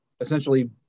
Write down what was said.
essentially